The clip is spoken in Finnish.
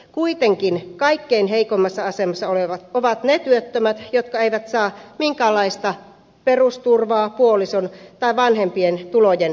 kuitenkin kaikkein heikoimmassa asemassa ovat ne työttömät jotka eivät saa minkäänlaista perusturvaa puolison tai vanhempien tulojen vuoksi